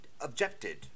objected